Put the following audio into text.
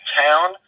town